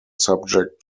subject